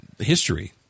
history